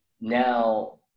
now